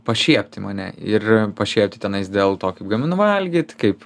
pašiepti mane ir pašiepti tenais dėl to kaip gaminu valgyt kaip